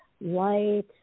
light